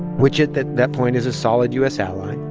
which, at that that point, is a solid u s. ally.